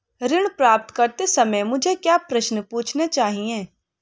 ऋण प्राप्त करते समय मुझे क्या प्रश्न पूछने चाहिए?